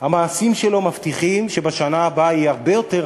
המעשים שלו מבטיחים שבשנה הבאה יהיה הרבה יותר רע.